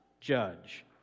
judge